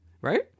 right